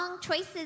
choices